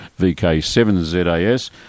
VK7ZAS